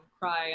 cry